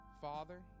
Father